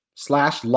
Slash